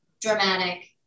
dramatic